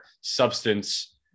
substance